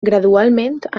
gradualment